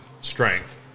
strength